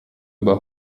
über